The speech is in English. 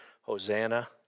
Hosanna